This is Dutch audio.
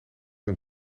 een